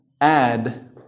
add